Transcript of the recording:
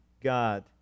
God